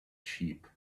sheep